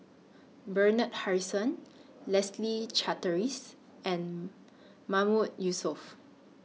Bernard Harrison Leslie Charteris and Mahmood Yusof